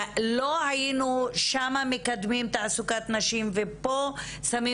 ולא היינו מקדמים שם תעסוקת נשים ופה שמים